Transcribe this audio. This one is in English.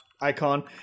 icon